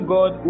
God